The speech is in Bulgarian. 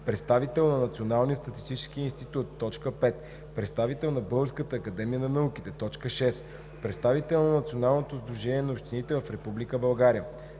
представител на Националния статистически институт; 5. представител на Българската академия на науките; 6. представител на Националното сдружение на общините в